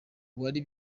wari